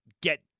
get